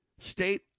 state